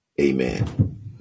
Amen